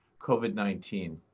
COVID-19